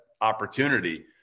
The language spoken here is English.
opportunity